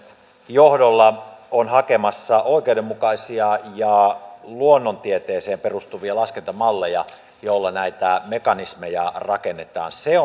johdolla on hakemassa oikeudenmukaisia ja luonnontieteeseen perustuvia laskentamalleja joilla näitä mekanismeja rakennetaan se